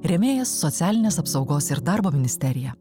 rėmėjas socialinės apsaugos ir darbo ministerija